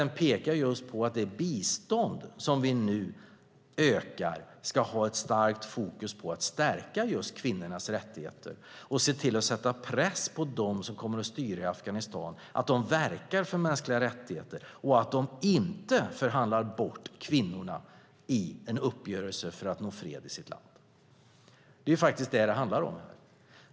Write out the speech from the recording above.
Den pekar på att det bistånd som vi nu ökar ska ha starkt fokus på att stärka just kvinnornas rättigheter och se till att sätta press på dem som kommer att styra i Afghanistan så att de verkar för mänskliga rättigheter och inte förhandlar bort kvinnorna i en uppgörelse för att nå fred i sitt land. Det är vad det handlar om här.